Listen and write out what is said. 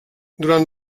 durant